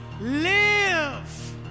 Live